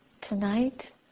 Tonight